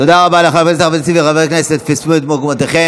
תודה רבה לחבר הכנסת אחמד טיבי.